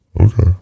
Okay